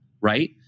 right